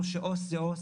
אמרנו שעו"ס זה עו"ס,